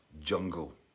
Jungle